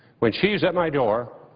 when she is at my door,